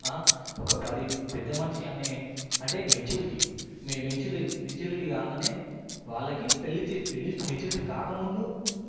ఒక పది పెద్దమనిషి అనే అంటే మెచ్యూరిటీ మె మెచ్యూరి మెచ్యూరిటీ కాంగానే వాళ్ళకి పెళ్లి పెళ్లి మెచ్యూరిటీ కాకముందు